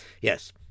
yes